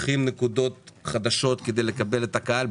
פותחים נקודות חדשות כדי לקבל את הקהל.